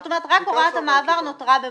את אומרת שרק הוראת המעבר נותרה במחלוקת.